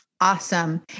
Awesome